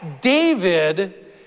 David